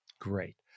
Great